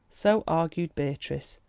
so argued beatrice,